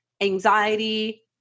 anxiety